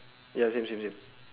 ya same same same